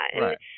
Right